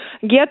get